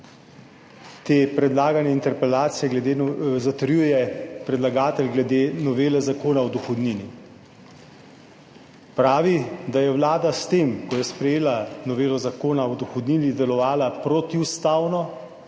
te predlagane interpelacije zatrjuje predlagatelj glede novele Zakona o dohodnini? Pravi, da je Vlada s tem, ko je sprejela novelo Zakona o dohodnini, delovala protiustavno